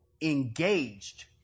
engaged